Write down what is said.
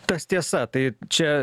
tas tiesa tai čia